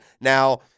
Now